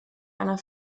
einer